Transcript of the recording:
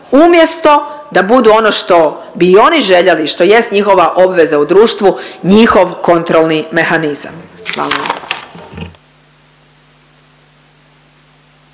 umjesto da budu ono što bi i oni željeli i što jest njihova obveza u društvu, njihov kontrolni mehanizam. Hvala.